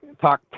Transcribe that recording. talk